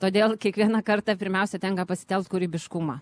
todėl kiekvieną kartą pirmiausia tenka pasitelkt kūrybiškumą